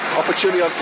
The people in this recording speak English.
opportunity